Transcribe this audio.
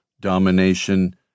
domination